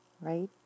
Right